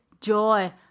joy